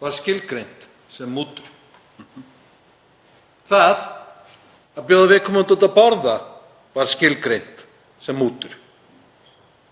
var skilgreint sem mútur. Það að bjóða viðkomandi út að borða var skilgreint sem mútur.